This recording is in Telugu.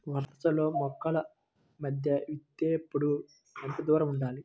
వరసలలో మొక్కల మధ్య విత్తేప్పుడు ఎంతదూరం ఉండాలి?